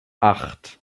acht